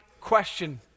question